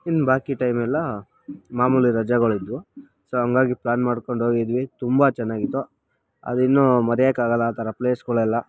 ಇನ್ನು ಬಾಕಿ ಟೈಮೆಲ್ಲ ಮಾಮೂಲಿ ರಜೆಗಳು ಇದ್ವು ಸೊ ಹಾಗಾಗಿ ಪ್ಲ್ಯಾನ್ ಮಾಡ್ಕೊಂಡು ಹೋಗಿದ್ವಿ ತುಂಬ ಚೆನ್ನಾಗಿತ್ತು ಅದಿನ್ನು ಮರಿಯೋಕೆ ಆಗಲ್ಲ ಆ ಥರ ಪ್ಲೇಸ್ಗಳೆಲ್ಲ